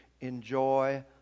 enjoy